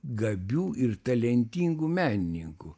gabių ir talentingų menininkų